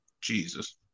Jesus